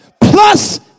Plus